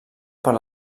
per